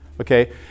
okay